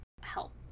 help